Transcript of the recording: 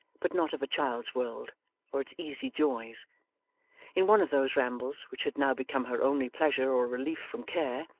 but not of a child's world or its easy joys in one of those rambles which had now become her only pleasure or relief from care,